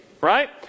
Right